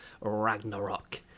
Ragnarok